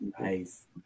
Nice